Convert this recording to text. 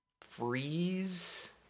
Freeze